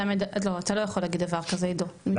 אתה לא יכול להגיד דבר כזה, עידו, אני מצטערת.